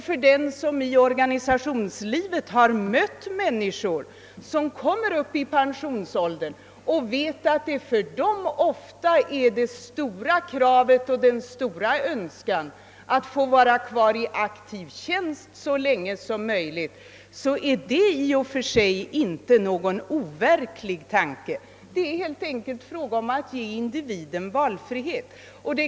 För den som i organisationslivet har mött människor som kommit upp i pensionsåldern och som vet att den stora önskan och det stora kravet i deras fall ofta är att få vara kvar i aktiv tjänst så länge som möjligt är detta i och för sig inte någon verklighetsfräm mande tanke. Det är helt enkelt fråga om att ge individen valfrihet.